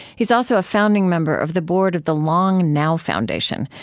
he's also a founding member of the board of the long now foundation,